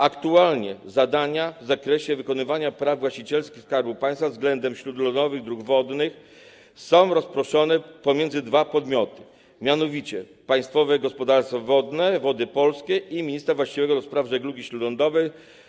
Aktualnie zadania w zakresie wykonywania praw właścicielskich Skarbu Państwa względem śródlądowych dróg wodnych są rozproszone pomiędzy dwa podmioty, mianowicie: Państwowe Gospodarstwo Wodne Wody Polskie i ministra właściwego do spraw żeglugi śródlądowej.